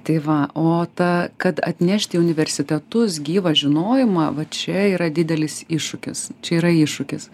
tai va o ta kad atnešti į universitetus gyvą žinojimą va čia yra didelis iššūkis čia yra iššūkis